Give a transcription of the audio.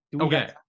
okay